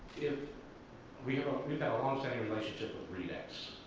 if we have we've had a long-standing relationship with readex,